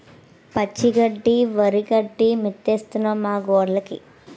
పచ్చి గడ్డి వరిగడ్డి మేతేస్తన్నం మాగొడ్డ్లుకి